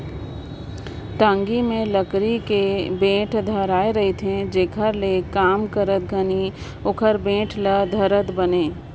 टागी मे लकरी कर बेठ धराए रहथे जेकर ले काम करत घनी ओकर बेठ ल धरत बने